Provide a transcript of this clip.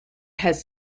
has